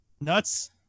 Nuts